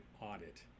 audit